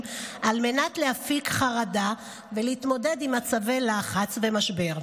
על מנת להפיג חרדה ולהתמודד עם מצבי לחץ במשבר.